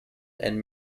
and